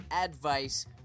Advice